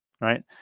right